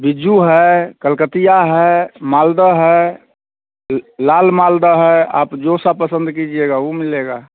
बिज्जू है कलकतिया है मालदा है लाल मालदा है आप जो सा पसंद कीजिएगा वह मिलेगा